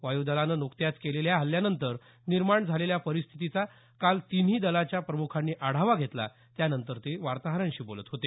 वायु दलानं नुकत्याचं केलेल्या हल्ल्यानंतर निर्माण झालेल्या परिस्थितीचा काल तिन्ही दलाच्या प्रमुखांनी आढावा घेतला त्यानंतर ते वार्ताहरांशी बोलत होते